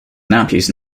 nappies